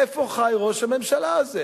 איפה חי ראש הממשלה הזה?